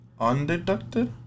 undeducted